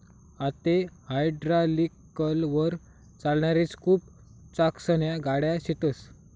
आते हायड्रालिकलवर चालणारी स्कूप चाकसन्या गाड्या शेतस